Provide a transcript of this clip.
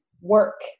work